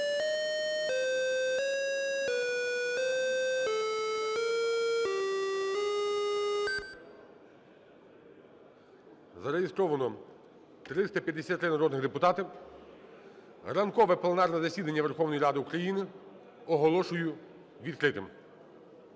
Зареєстровано 353 народних депутати. Ранкове пленарне засідання Верховної Ради України оголошую відкритим.